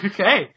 Okay